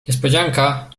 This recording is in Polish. niespodzianka